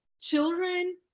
children